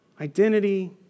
identity